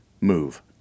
move